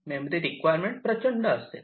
मेमरीची रिक्वायरमेंट प्रचंड असेल